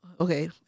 okay